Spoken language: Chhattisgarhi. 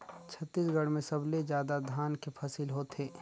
छत्तीसगढ़ में सबले जादा धान के फसिल होथे